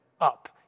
up